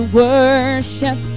worship